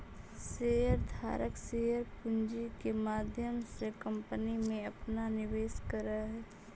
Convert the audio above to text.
share धारक share पूंजी के माध्यम से कंपनी में अपना निवेश करऽ हई